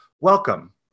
welcome